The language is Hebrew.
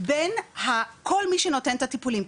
בין כל מי שנותן את הטיפולים.